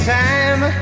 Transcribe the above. time